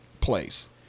place